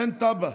אין תב"ע,